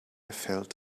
felt